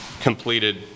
completed